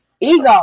ego